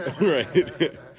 Right